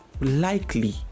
likely